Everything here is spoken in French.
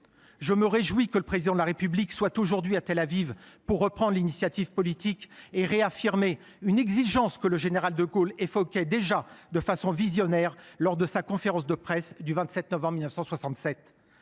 Je me réjouis que le Président de la République soit aujourd’hui à Tel Aviv pour reprendre l’initiative politique et pour réaffirmer une exigence que le général de Gaulle évoquait déjà, de façon visionnaire, lors de sa conférence de presse du 27 novembre 1967.